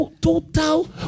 total